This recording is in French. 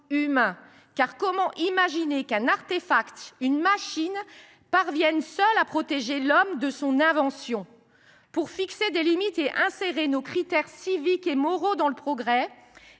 humain. En effet, comment imaginer qu’un artéfact, qu’une machine parvienne seule à protéger l’homme de son invention ? Pour fixer des limites et insérer nos critères civiques et moraux dans le progrès,